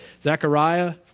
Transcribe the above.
Zechariah